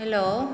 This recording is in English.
hello